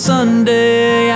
Sunday